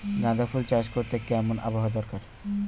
গাঁদাফুল চাষ করতে কেমন আবহাওয়া দরকার?